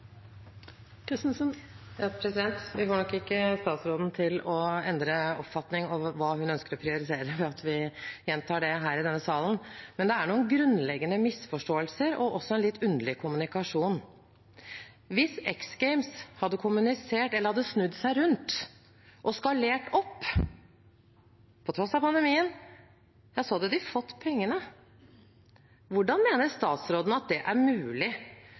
Vi får nok ikke statsråden til å endre oppfatning om hva hun ønsker å prioritere ved at vi gjentar det her i denne salen, men det er noen grunnleggende misforståelser og også en litt underlig kommunikasjon. Hvis X Games hadde snudd seg rundt og skalert opp, på tross av pandemien, hadde de fått pengene. Hvordan kan statsråden tro at det er mulig